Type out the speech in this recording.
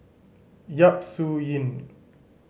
Yap Su Yin